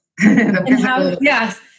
Yes